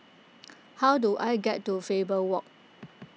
how do I get to Faber Walk